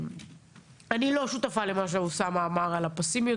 אני לא שותפה למה שאוסאמה אמר על הפסימיות.